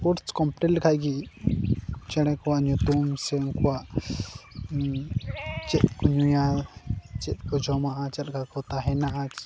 course complete ᱞᱮᱠᱷᱟᱱ ᱜᱮ ᱪᱮᱬᱮ ᱠᱚᱣᱟᱜ ᱧᱩᱛᱩᱢ ᱥᱮ ᱩᱱᱠᱩᱣᱟᱜ ᱪᱮᱫ ᱠᱚ ᱧᱩᱭᱟ ᱪᱮᱫ ᱠᱚ ᱡᱚᱢᱟᱜᱼᱟ ᱪᱮᱫ ᱞᱮᱠᱟ ᱠᱚ ᱛᱟᱦᱮᱱᱟ